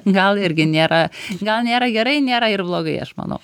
gal irgi nėra gal nėra gerai nėra ir blogai aš manau